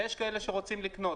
ויש כאלה שרוצים לקנות.